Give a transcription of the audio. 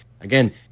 again